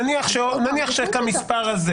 נניח שכמספר הזה.